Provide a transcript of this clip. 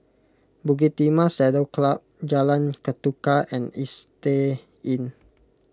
Bukit Timah Saddle Club Jalan Ketuka and Istay Inn